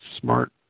smart